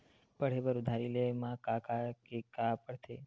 पढ़े बर उधारी ले मा का का के का पढ़ते?